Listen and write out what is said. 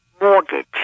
mortgage